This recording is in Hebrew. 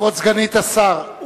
כבוד סגנית השר,